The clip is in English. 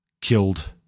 killed